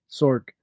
Sork